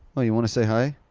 oh, you wanna say hi?